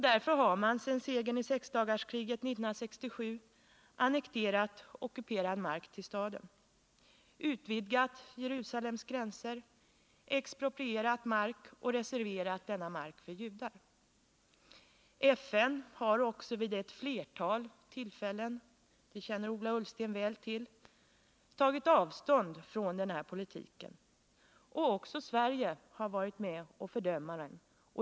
Där har man sedan segern i sexdagarskriget 1967 annekterat ockuperad mark med staden, utvidgat Jerusalems gränser, exproprierat mark och reserverat denna mark för judar. FN har också vid ett flertal tillfällen — det känner Ola Ullsten väl till — tagit avstånd från den här politiken. Också Sverige har varit med om att fördöma den.